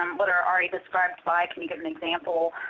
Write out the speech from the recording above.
um what are aria-described by? can you give an example?